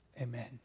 amen